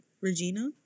Regina